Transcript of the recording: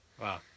Wow